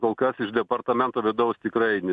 kol kas iš departamento vidaus tikrai